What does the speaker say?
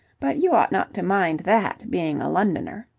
but you ought not to mind that, being a londoner.